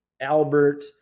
Albert